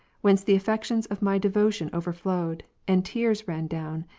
whence the affections of my devotion overflowed, and tears ran down,